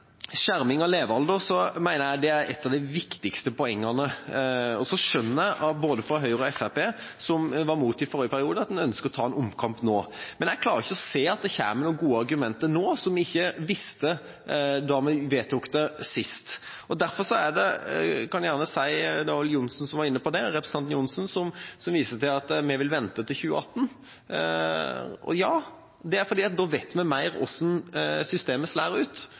skjerming av levealder, mener jeg at det er et av de viktigste poengene. Jeg skjønner at både Høyre og Fremskrittspartiet, som var imot i forrige periode, ønsker å ta en omkamp nå, men jeg klarer ikke å se at det kommer noen gode argumenter nå som vi ikke visste om da vi vedtok det sist. Det var vel representanten Johnsen som var inne på det, som viste til at vi vil vente til 2018. Ja, det er fordi at vi da vet mer om hvordan systemet slår ut. Vi